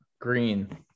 green